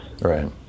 Right